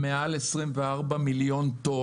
חברת נמל אשדוד הולכת לפרוק השנה מעל 24 מיליון טון,